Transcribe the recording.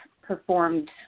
performed